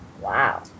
Wow